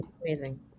amazing